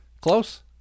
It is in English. Close